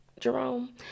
Jerome